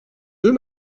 deux